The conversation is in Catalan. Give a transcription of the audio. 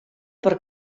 per